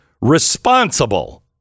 responsible